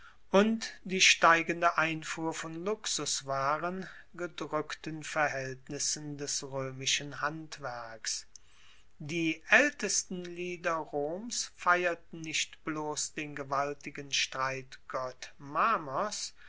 und die steigende einfuhr von luxuswaren gedrueckten verhaeltnissen des roemischen handwerks die aeltesten lieder roms feierten nicht bloss den gewaltigen streitgott